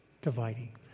dividing